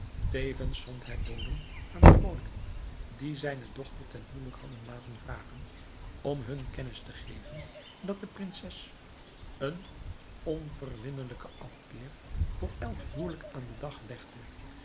tevens zond hij boden aan de koningen die zijne dochter ten huwelijk hadden laten vragen om hun kennis te geven dat de prinses een onverwinnelijken afkeer voor elk huwelijk aan den dag legde